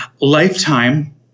Lifetime